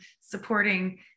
supporting